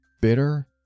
bitter